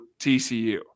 TCU